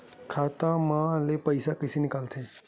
खाता मा ले पईसा कइसे निकल थे?